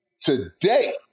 Today